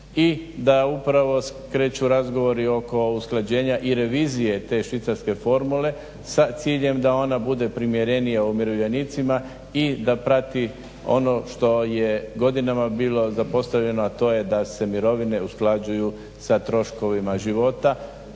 i da upravo kreću razgovori oko usklađenja i revizije te švicarske formule sa ciljem da ona bude primjerenija umirovljenicima i da prati ono što je godinama bilo zapostavljeno, a to je da se mirovine usklađuju sa troškovima života.